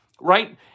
right